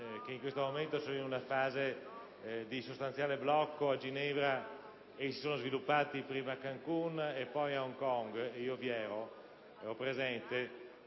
(in questo momento in una fase di sostanziale blocco a Ginevra, ma che si sono sviluppati prima a Cancùn e poi ad Hong Kong, dove ero presente)